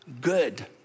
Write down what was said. good